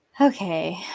Okay